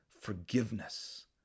forgiveness